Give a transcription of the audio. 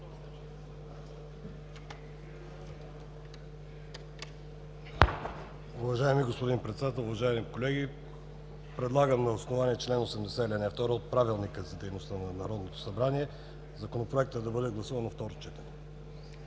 Уважаеми господин Председател, уважаеми колеги! Предлагам на основание чл. 80, ал. 2 от Правилника за дейността на Народното събрание Законопроектът да бъде гласуван на второ четене.